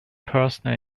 person